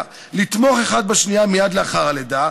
ולתמוך אחד בשנייה מייד לאחר הלידה,